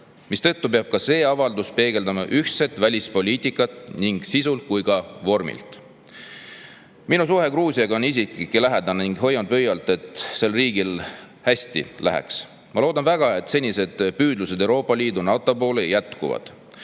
mistõttu peab ka see avaldus peegeldama ühtset välispoliitikat nii sisult kui ka vormilt. Minu suhe Gruusiaga on isiklik ja lähedane ning ma hoian pöialt, et sel riigil hästi läheks. Ma väga loodan, et nende senised püüdlused Euroopa Liidu ja NATO poole jätkuvad.